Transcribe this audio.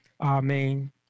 Amen